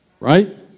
Right